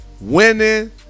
winning